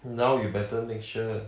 now you better make sure